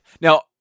now